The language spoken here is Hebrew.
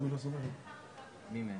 סליחה,